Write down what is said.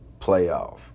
playoff